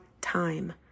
time